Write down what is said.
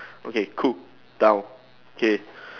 okay cool down okay